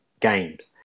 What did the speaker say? games